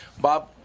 Bob